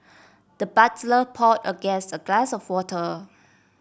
the butler pour a guest a glass of water